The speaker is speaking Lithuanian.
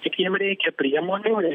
tik jiem reikia priemonių ir